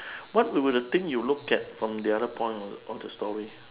what will be the thing you look at from the point of of the story